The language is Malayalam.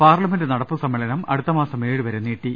പാർലമെന്റ് നടപ്പ് സമ്മേളനം അടുത്ത മാസം ഏഴ് വരെ നീട്ടി